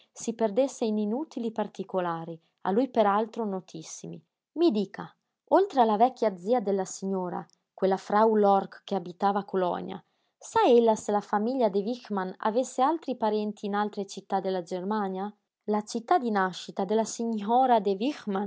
si perdesse in inutili particolari a lui per altro notissimi i dica oltre alla vecchia zia della signora quella frau lork che abitava a colonia sa ella se la famiglia de wichmann avesse altri parenti in altre città della germania la città di nascita della sighnora de